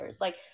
Like-